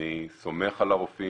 אני סומך על הרופאים.